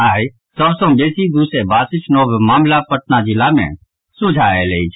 आइ सभ सँ बेसी दू सय बासठि नव मामिला पटना जिला मे सोझा आयल अछि